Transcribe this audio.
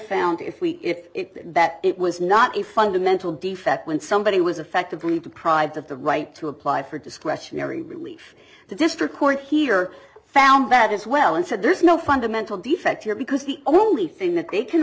found if we if it that it was not a fundamental defect when somebody was effectively deprived of the right to apply for discretionary relief the district court here found that as well and said there's no fundamental defect here because the only thing that they can